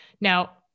Now